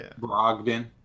Brogdon